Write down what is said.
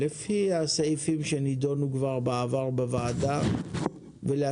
לפי הסעיפים שכבר נדונו בוועדה בעבר ולהשלים